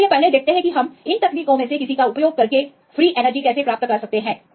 तो चलिए पहले देखते हैं कि हम इन तकनीकों में से किसी का उपयोग करके प्रायोगिक फ्री एनर्जी कैसे प्राप्त करते हैं